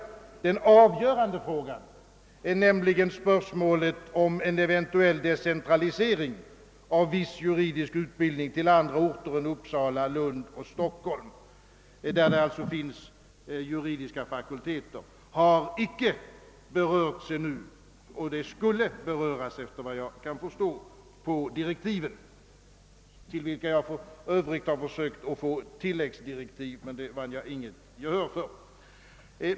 Den avgörande frågan, nämligen spörsmålet om en eventuell decentralisering av viss juridisk utbildning till andra orter än Uppsala, Lund och Stockholm, där det finns juridiska fakulteter, har icke berörts ännu. Den skulle beröras efter vad jag kan förstå av direktiven, till vilka jag för övrigt har försökt få tilläggsdirektiv, men det vann jag inte gehör för.